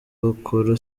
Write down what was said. bakora